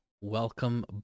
welcome